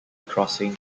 crossing